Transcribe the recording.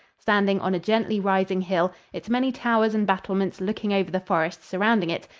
standing on a gently rising hill, its many towers and battlements looking over the forests surrounding it,